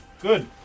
Good